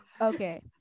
Okay